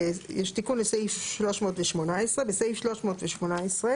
יש תיקון לסעיף 318. בסעיף 318,